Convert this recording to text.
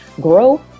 grow